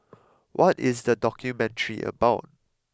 what is the documentary about